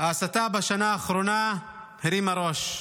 ההסתה בשנה האחרונה הרימה ראש.